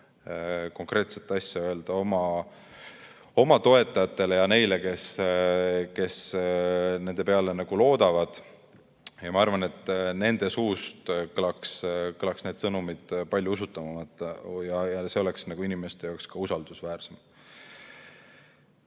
konkreetset asja öelda oma toetajatele ja neile, kes nende peale loodavad. Ma arvan, et nende suust kõlaks need sõnumid palju usutavamalt ja see oleks inimeste jaoks usaldusväärsem